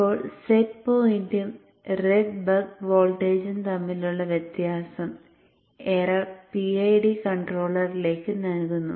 ഇപ്പോൾ സെറ്റ് പോയിന്റും read back വോൾട്ടേജും തമ്മിലുള്ള വ്യത്യാസം എറർ PID കൺട്രോളറിലേക്ക് നൽകുന്നു